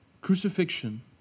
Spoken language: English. crucifixion